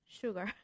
sugar